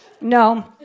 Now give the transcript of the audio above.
No